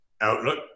Outlook